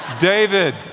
David